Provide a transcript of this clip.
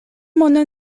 mono